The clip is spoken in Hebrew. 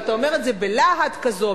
ואתה אומר את זה בלהט כזה,